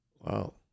Wow